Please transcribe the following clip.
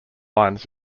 lines